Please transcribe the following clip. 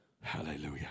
Hallelujah